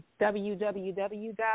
www